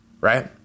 right